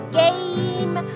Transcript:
game